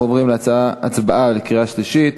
אנחנו עוברים להצבעה בקריאה שלישית.